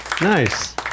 nice